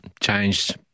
changed